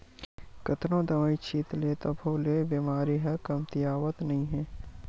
कतनो दवई छित ले तभो ले बेमारी ह कमतियावत नइ हे